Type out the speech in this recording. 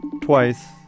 twice